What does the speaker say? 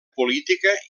política